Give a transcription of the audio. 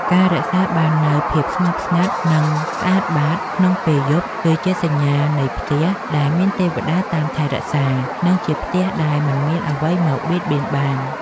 ការរក្សាបាននូវភាពស្ងប់ស្ងាត់ និងស្អាតបាតក្នុងពេលយប់ គឺជាសញ្ញានៃផ្ទះដែលមានទេវតាតាមថែរក្សា និងជាផ្ទះដែលមិនមានអ្វីមកបៀតបៀនបាន។